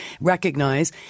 recognize